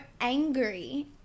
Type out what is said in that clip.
angry